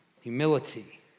humility